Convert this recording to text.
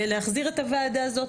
להחזיר את הוועדה הזאת,